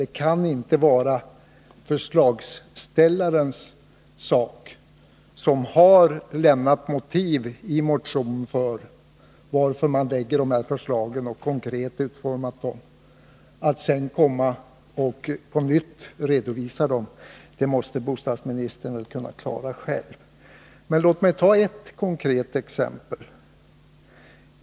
Det kan inte vara förslagsställarnas sak. Vi har i motionen motiverat varför vi lämnar förslagen och har konkret utformat dem och skall sedan inte på nytt behöva redovisa dem. Låt mig ändå ta ett konkret exempel.